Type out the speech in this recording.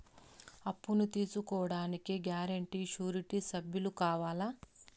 అప్పును తీసుకోడానికి guarantee, surety సభ్యులు కావాలా?